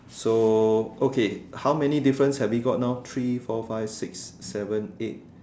so okay how many difference we have got now three four five six seven eight